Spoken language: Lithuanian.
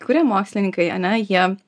kurie mokslininkai ane jie